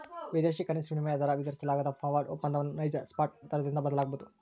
ವಿದೇಶಿ ಕರೆನ್ಸಿ ವಿನಿಮಯ ದರ ವಿತರಿಸಲಾಗದ ಫಾರ್ವರ್ಡ್ ಒಪ್ಪಂದವನ್ನು ನೈಜ ಸ್ಪಾಟ್ ದರದಿಂದ ಬದಲಾಗಬೊದು